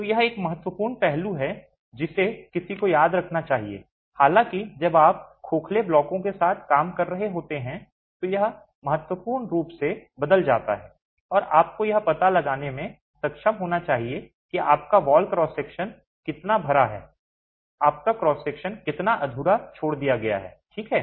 तो यह एक महत्वपूर्ण पहलू है जिसे किसी को याद रखना चाहिए हालाँकि जब आप खोखले ब्लॉकों के साथ काम कर रहे होते हैं तो यह महत्वपूर्ण रूप से बदल जाता है और आपको यह पता लगाने में सक्षम होना चाहिए कि आपका वॉल क्रॉस सेक्शन कितना भरा है आपका क्रॉस सेक्शन कितना अधूरा छोड़ दिया गया है ठीक है